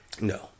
No